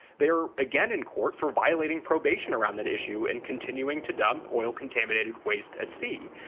there again in court for violating probation around that issue and continuing to dump oil contaminated waste at sea.